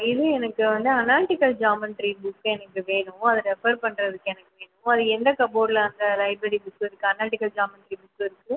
இது எனக்கு வந்து அனால்டிகல் ஜாமென்ட்ரி புக்கு எனக்கு வேணும் அதை ரெஃபர் பண்ணுறதுக்கு எனக்கு வேணும் அது எந்த கபோர்டில் அந்த லைப்ரரி புக்கு இருக்குது அனால்டிகல் ஜாமென்ட்ரி புக்கு இருக்குது